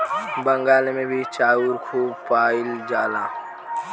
बंगाल मे भी चाउर खूब खाइल जाला